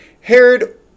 Herod